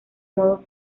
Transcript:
modos